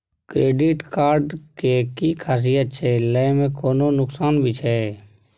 Credit card के कि खासियत छै, लय में कोनो नुकसान भी छै?